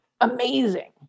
amazing